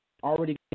already